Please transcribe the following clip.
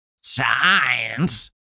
science